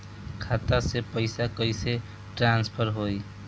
खाता से पैसा कईसे ट्रासर्फर होई?